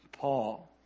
Paul